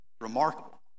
remarkable